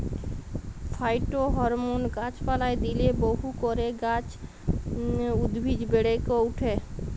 phytohormone গাছ পালায় দিইলে বহু করে গাছ এবং উদ্ভিদ বেড়েক ওঠে